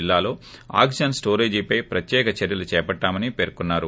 జిల్లాలో ఆక్సిజన్ స్లోరేజీపై ప్రత్యేక చర్యలు చేపట్లామని పేర్కొన్నారు